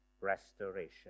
restoration